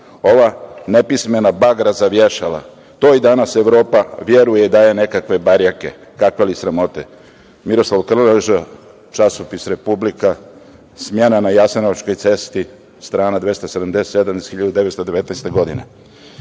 ova nepismena bagra za vješala, toj danas Evropa vjeruje i daje nekakve barjake, kakve li sramote?“ Miroslav Krleža, Časopis „Republika“, smena na jasenovačkoj cesti, strana 277 iz 1919. godine.Zašto